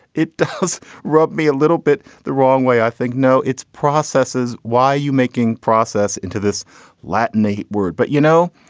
it does rub me a little bit the wrong way, i think. no, it's processes. why are you making process into this latinate word? but you know,